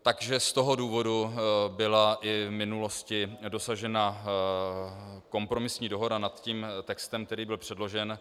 Takže z toho důvodu byla v minulosti dosažena kompromisní dohoda nad tím textem, který byl předložen.